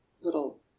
little